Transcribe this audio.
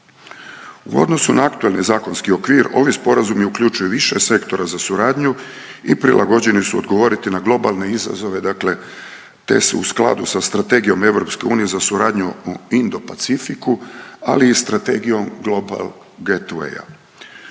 U odnosu na aktualni zakonski okvir ovi sporazumi uključuju više sektora za suradnju i prilagođeni su odgovoriti na globalne izazove te su u skladu sa Strategijom EU za suradnju u Indo-Pacifiku, ali ili i Strategijom Global Gateway,